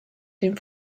dem